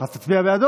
אז תצביע בעדו.